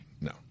No